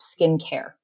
skincare